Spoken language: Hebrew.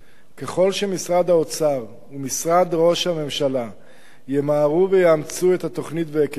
ככל שמשרד האוצר ומשרד ראש הממשלה ימהרו ויאמצו את התוכנית ואת היקפיה,